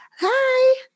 Hi